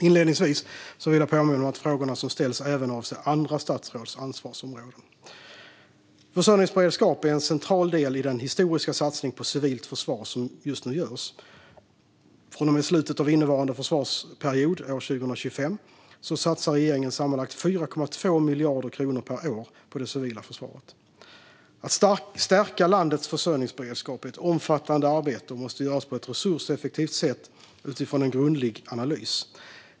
Inledningsvis vill jag påminna om att frågorna som ställs även avser andra statsråds ansvarsområden. Försörjningsberedskap är en central del i den historiska satsning på civilt försvar som just nu görs. Från och med slutet av innevarande försvarsperiod, år 2025, satsar regeringen sammanlagt 4,2 miljarder kronor per år på det civila försvaret. Att stärka landets försörjningsberedskap är ett omfattande arbete och måste göras på ett resurseffektivt sätt utifrån en grundlig analys.